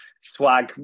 swag